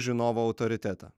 žinovo autoritetą